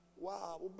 Wow